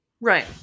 Right